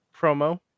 promo